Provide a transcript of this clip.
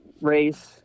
race